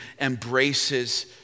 embraces